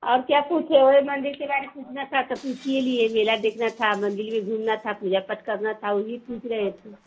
और क्या कुछ मंदिर के बारे में पूछना था तो पूछिए लिए मेला देखना था मंदिर भी घूमना था पूजा पाठ करना था वही पूछ रहे थे